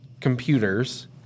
computers